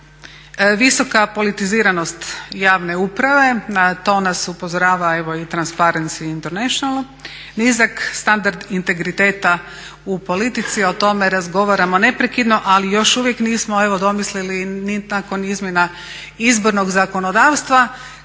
Visoka politiziranost javne uprave, na to nas upozorava evo i Transparency International, nizak standard integriteta u politici, o tome razgovaramo neprekidno ali još uvijek nismo domislili ni nakon izmjena izbornog zakonodavstva